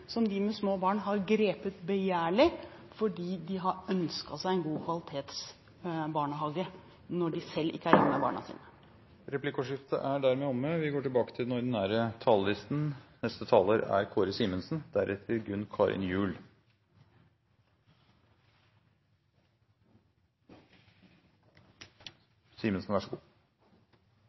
som de med små barn har grepet begjærlig, fordi de har ønsket seg en god kvalitetsbarnehage når de selv ikke er hjemme med barna sine. Replikkordskiftet er omme. Også i år har vi hørt fra denne talerstolen representanter fra Høyre og Fremskrittspartiet hamre løs på syntesen om at den